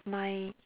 my